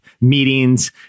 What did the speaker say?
meetings